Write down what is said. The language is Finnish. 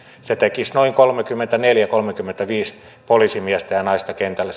se sama eurosatsaus tekisi noin kolmekymmentäneljä viiva kolmekymmentäviisi poliisimiestä ja naista kentälle